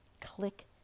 Click